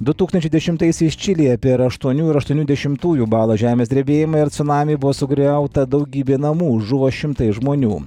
du tūkstančiai dešimtaisiais čilėje per aštuonių ir aštuonių dešimtųjų balo žemės drebėjimai ir cunamiai buvo sugriauta daugybė namų žuvo šimtai žmonių